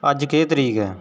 अज्ज केह् तरीक ऐ